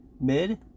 Mid